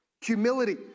Humility